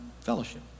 fellowship